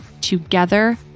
together